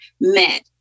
met